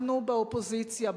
אנחנו באופוזיציה,